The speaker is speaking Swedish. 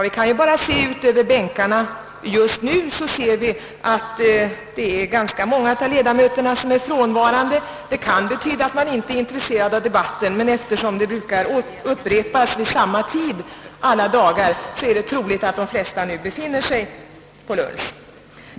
Vi kan bara se ut över bänkarna just nu för att konstatera att ganska många av ledamöterna är frånvarande. Det kan betyda att de inte är intresserade av debatten, men eftersom detta vanligen upprepas vid samma tid alla dagar är det troligare att de flesta just nu befinner sig på lunch.